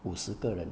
五十个人